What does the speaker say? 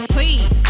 Please